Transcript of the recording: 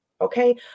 Okay